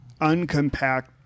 uncompact